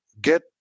get